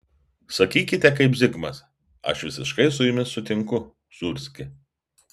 sakykite kaip zigmas aš visiškai su jumis sutinku sūrski